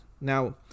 Now